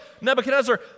Nebuchadnezzar